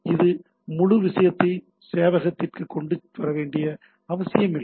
இந்த முழு விஷயத்தையும் சேவையகத்திற்கு கொண்டு வர வேண்டிய அவசியமில்லை